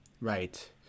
Right